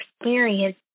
experience